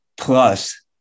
plus